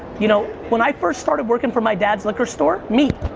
you know, when i first started working for my dad's liquor store, me.